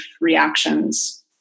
reactions